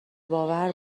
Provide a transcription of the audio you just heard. باور